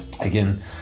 again